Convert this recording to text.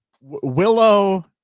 Willow